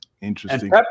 Interesting